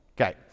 Okay